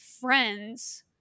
friends